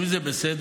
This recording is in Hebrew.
אם זה בסדר,